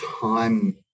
Time